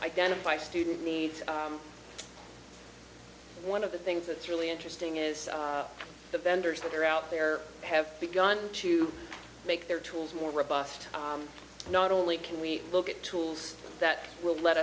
identify student needs one of the things that's really interesting is the vendors that are out there have begun to make their tools more robust not only can we look at tools that will let